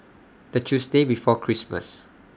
The Tuesday before Christmas